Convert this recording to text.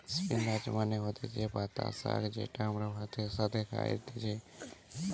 spinach মানে হতিছে পাতা শাক যেটা আমরা ভাতের সাথে খাইতেছি